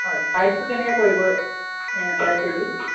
হয় প্ৰাইচটো কেনেকৈ পৰিব পাৰ কে জি